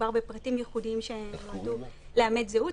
ומדובר בפריטים ייחודיים לאמת זהות.